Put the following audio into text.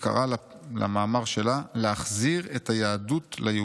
היא קראה למאמר שלה "להחזיר את היהדות ליהודים".